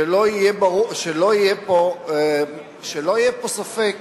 שלא יהיה פה ספק